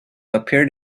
appeared